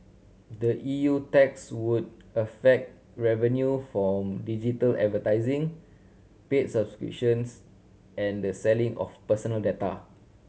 the E U tax would affect revenue from digital advertising paid subscriptions and the selling of personal data